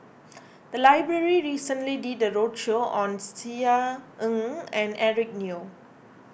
the library recently did a roadshow on Tisa Ng and Eric Neo